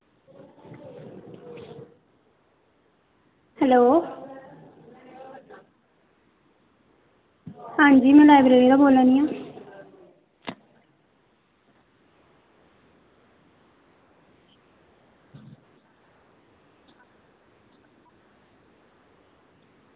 hello हां जी में लाईब्रेरी दा बोल्ला नी आं